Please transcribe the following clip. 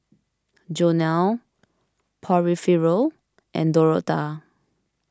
Jonell Porfirio and Dorotha